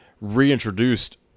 reintroduced